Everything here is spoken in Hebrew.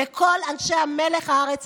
לכל אנשי מלח הארץ,